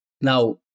Now